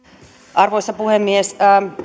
arvoisa puhemies